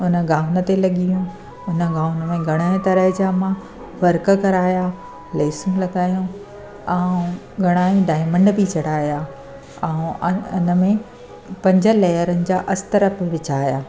हुन गाउन ते लॻी वियमि हुन गाउन में घणेई तरह जा मां वर्क कराया लेसूं लॻायूं ऐं घणेई डायमंड बि जड़ाया ऐं अन हिनमें पंज लेयरनि जा अस्तर बि विझाया